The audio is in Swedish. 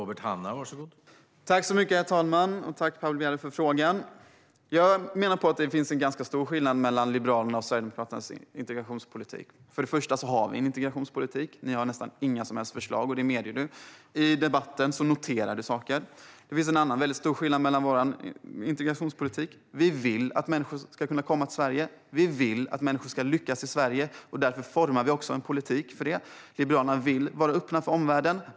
Herr talman! Tack, Paula Bieler, för frågan! Jag menar att det är ganska stor skillnad mellan Liberalernas och Sverigedemokraternas integrationspolitik. Först och främst har ni ju ingen integrationspolitik. Ni har nästan inga förslag, vilket Paula Bieler medger. I debatten säger hon att hon noterar saker. Det finns en annan väldigt stor skillnad när det gäller våra partiers integrationspolitik: Liberalerna vill att människor ska kunna komma till Sverige. Vi vill att människor ska lyckas i Sverige, och därför formar vi också en politik för det. Liberalerna vill vara öppna för omvärlden.